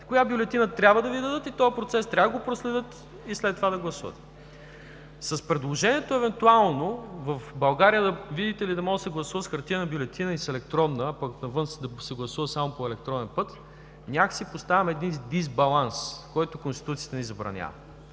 коя бюлетина трябва да Ви дадат, и този процес трябва да го проследят и след това да гласувате. С предложението – евентуално в България, видите ли, да може да се гласува с хартиена бюлетина и с електронна, а пък навън да се гласува само по електронен път, някак си поставяме дисбаланс, който Конституцията ни забранява.